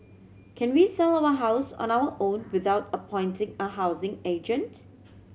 can we sell our house on our own without appointing a housing agent